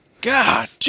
God